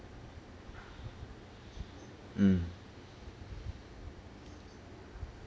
mm